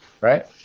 Right